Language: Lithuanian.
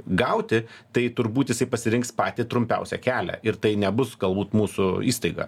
gauti tai turbūt jisai pasirinks patį trumpiausią kelią ir tai nebus galbūt mūsų įstaiga